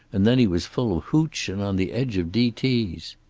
and then he was full of hootch, and on the edge of d t s.